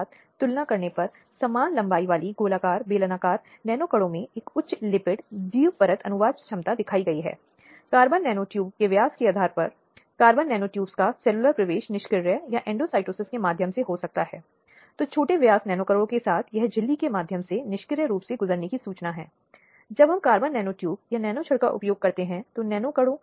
संदर्भ समय को देखें 2211 महिलाओं के अधिकारों को बनाए रखने के साथ साथ आपराधिक दायित्व के निर्धारण में और यह सुनिश्चित करने के लिए अदालतों की बहुत ही अभिन्न भूमिका होती है और यह सुनिश्चित करने के लिए कि मामले में बरीदोष मुक्ति न हों या उदार दण्ड सजा में न रहें क्योंकि यह समाज के लोगों को गलत संकेत दे सकता है